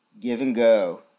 give-and-go